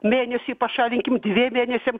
mėnesiui pašalinkim dviem mėnesiam